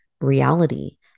reality